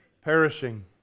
Perishing